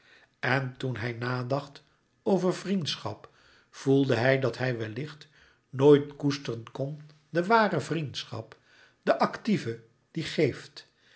en toen hij nadacht over vriendschap voelde hij dat hij wellicht nooit koesteren louis couperus metamorfoze kon de ware vriendschap de actieve die geeft